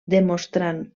demostrant